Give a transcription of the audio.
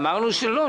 אמרנו שלא,